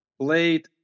played